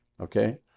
okay